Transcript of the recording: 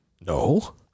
No